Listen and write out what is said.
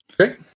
Okay